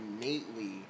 innately